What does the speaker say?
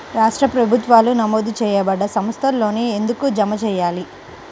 రాష్ట్ర ప్రభుత్వాలు నమోదు చేయబడ్డ సంస్థలలోనే ఎందుకు జమ చెయ్యాలి?